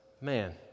man